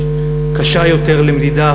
קשה יותר למדידה,